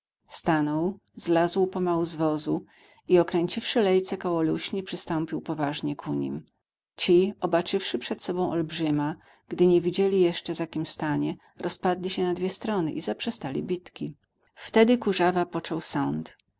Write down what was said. stanął zlazł pomału z wozu i okręciwszy lejce koło luśni przystąpił poważnie ku nim ci obaczywszy przed sobą olbrzyma gdy nie wiedzieli jeszcze za kim stanie rozpadli się na dwie strony i zaprzestali bitki wtedy kurzawa począł sąd